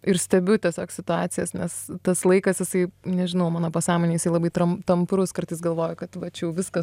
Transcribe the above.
ir stebiu tiesiog situacijas nes tas laikas jisai nežinau mano pasąmonėj jisai labai tamprus kartais galvoju kad va čia jau viskas